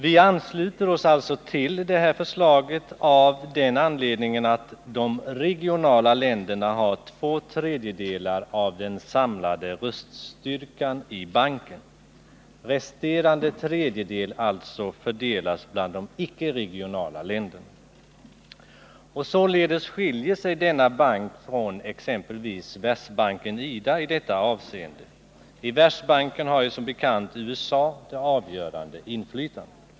Vi ansluter oss alltså till detta förslag av den anledningen att de regionala — Vissa professurer länderna har två tredjedelar av den samlade röststyrkan i banken. vid Karolinska Resterande tredjedel fördelas bland de icke regionala länderna. Således = institutet skiljer sig denna bank från exempelvis Världsbanken och IDA i detta avseende. I Världsbanken har som bekant USA det avgörande inflytandet.